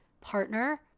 partner